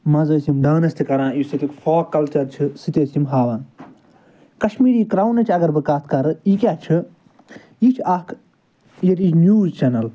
منٛزٕ ٲسۍ یِم ڈانٕس تہِ کران یُس ییٚتیُک فاک کَلچَر چھِ سُہ تہِ ٲسۍ یِم ہاوان کَشمیٖری کرٛاونٕچ اَگر بہٕ کَتھ کَرٕ یہِ کیٛاہ چھِ یہِ چھِ اَکھ ییٚتِچ نِوٕز چَنَل